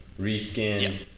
Reskin